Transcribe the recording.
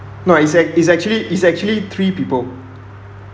no it's act~ it's actually it's actually three people